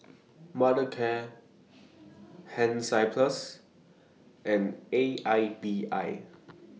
Mothercare Hansaplast and A I B I